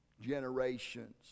generations